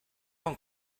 con